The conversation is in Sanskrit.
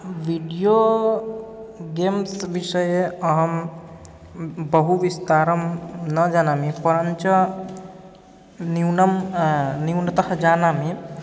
वीड्यो गेम्स् विषये अहं बहुविस्तारं न जानामि परञ्च न्यूनं न्यूनतः जानामि